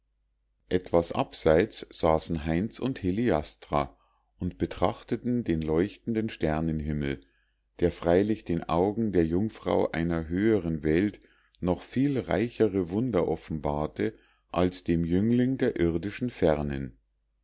etwas abseits saßen heinz und heliastra und betrachteten den leuchtenden sternhimmel der freilich den augen der jungfrau einer höheren welt noch viel reichere wunder offenbarte als dem jüngling der irdischen fernen